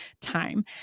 time